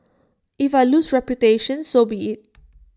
if I lose reputation so be IT